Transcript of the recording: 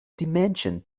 dimension